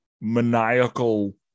maniacal